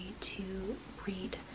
to-read